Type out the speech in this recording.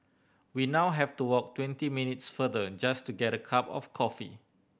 we now have to walk twenty minutes farther just to get a cup of coffee